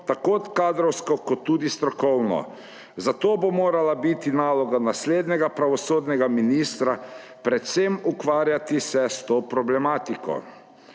tako kadrovsko kot tudi strokovno, zato bo morala biti naloga naslednjega pravosodnega ministra predvsem ukvarjati se s to problematiko.